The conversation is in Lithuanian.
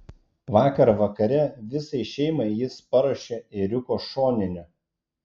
vakar vakare visai šeimai jis paruošė ėriuko šoninę